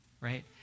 right